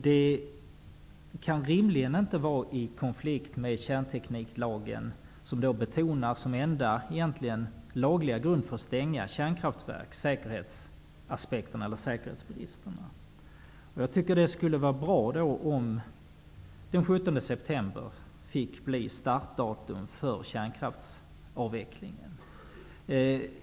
Det kan rimligen inte vara i konflikt med kärntekniklagen, som anför säkerhetsbrister som egentligen enda lagliga grund för att stänga kärnkraftverk. Jag tycker att det skulle vara bra om den 17 september fick bli startdatum för kärnkraftsavvecklingen.